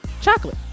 Chocolate